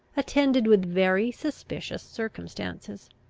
attended with very suspicious circumstances.